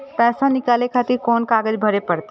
पैसा नीकाले खातिर कोन कागज भरे परतें?